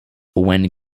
when